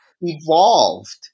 evolved